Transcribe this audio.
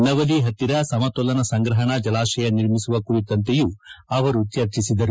ನವಲಿ ಪತ್ತಿರ ಸಮತೋಲನ ಸಂಗ್ರಹಣಾ ಜಲಾಶಯ ನಿರ್ಮಿಸುವ ಕುರಿತಂತೆಯೂ ಅವರು ಚರ್ಚಿಸಿದರು